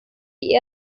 die